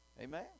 Amen